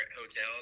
hotel